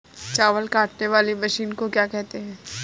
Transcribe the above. चावल काटने वाली मशीन को क्या कहते हैं?